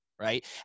right